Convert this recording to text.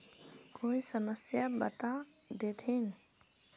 कोई समस्या बता देतहिन?